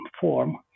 form